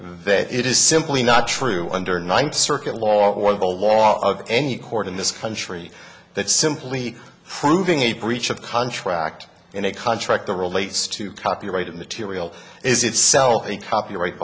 that it is simply not true under ninth circuit law or the law of any court in this country that simply proving a breach of contract in a contract the relates to copyrighted material is itself a copyright